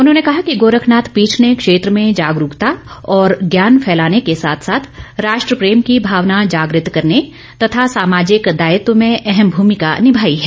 उन्होंने कहा कि गोरखनाथ पीठ ने क्षेत्र में जागरूकता और ज्ञान फैलाने के साथ साथ राष्ट्र प्रेम की भावना जागृत करने तथा सामाजिक दायित्व में अहम भूमिका निमाई है